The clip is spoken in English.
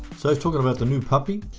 so i've talking about the new puppy